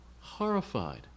horrified